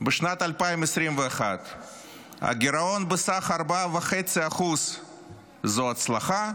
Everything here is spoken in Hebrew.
בשנת 2021 גירעון בסך 4.5% זו הצלחה,